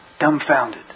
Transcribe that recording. Dumbfounded